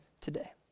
today